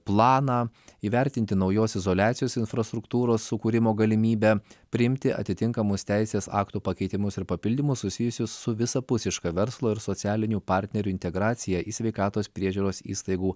planą įvertinti naujos izoliacijos infrastruktūros sukūrimo galimybę priimti atitinkamus teisės aktų pakeitimus ir papildymus susijusius su visapusiška verslo ir socialinių partnerių integracija į sveikatos priežiūros įstaigų